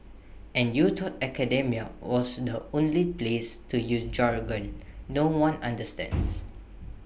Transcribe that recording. and you thought academia was the only place to use jargon no one understands